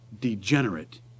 degenerate